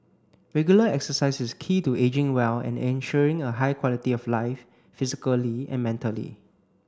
regular exercise is key to ageing well and ensuring a high quality of life physically and mentally